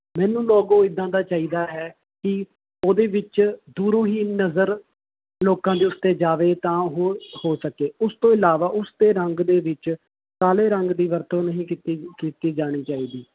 ਮੈਨੂੰ ਲੋਗੋ ਇੱਦਾਂ ਦਾ ਚਾਹੀਦਾ ਹੈ ਕਿ ਉਹਦੇ ਵਿੱਚ ਦੂਰੋਂ ਹੀ ਨਜ਼ਰ ਲੋਕਾਂ ਦੀ ਉਸ 'ਤੇ ਜਾਵੇ ਤਾਂ ਹੋਰ ਹੋ ਸਕੇ ਉਸ ਤੋਂ ਇਲਾਵਾ ਉਸਦੇ ਰੰਗ ਦੇ ਵਿੱਚ ਕਾਲੇ ਰੰਗ ਦੀ ਵਰਤੋਂ ਨਹੀਂ ਕੀਤੀ ਕੀਤੀ ਜਾਣੀ ਚਾਹੀਦੀ